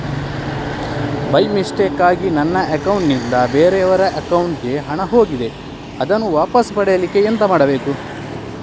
By ಮಿಸ್ಟೇಕಾಗಿ ನನ್ನ account ನಿಂದ ಬೇರೆಯವರ ಅಕೌಂಟ್ ಗೆ ಹಣ ಹೋಗಿದೆ ಅದನ್ನು ವಾಪಸ್ ಪಡಿಲಿಕ್ಕೆ ಎಂತ ಮಾಡಬೇಕು?